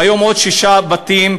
והיום עוד שישה בתים,